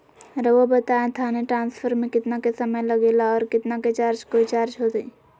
रहुआ बताएं थाने ट्रांसफर में कितना के समय लेगेला और कितना के चार्ज कोई चार्ज होई?